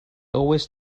always